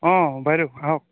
অঁ বাইদেউ আহক